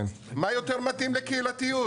מה יותר מתאים לקהילתיות?